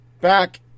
back